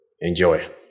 Enjoy